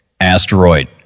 asteroid